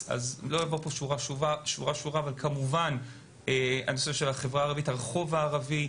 בבסיס: הנושא של החברה הערבית, הרחוב הערבי,